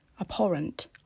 abhorrent